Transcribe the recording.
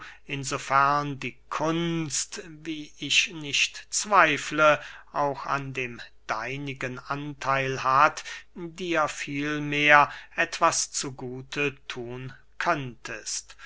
in so fern die kunst wie ich nicht zweifle auch an dem deinigen antheil hat dir vielmehr etwas zu gute thun könntest